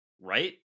right